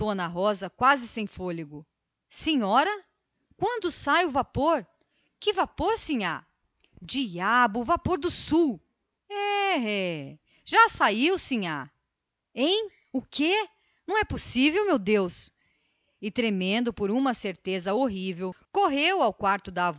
a moça sem tomar fôlego senhora quando sai o vapor que vapor sinhá diabo o vapor do sul hê já saiu sinhá hein o quê não é possível meu deus e tremendo por uma certeza horrível correu ao quarto da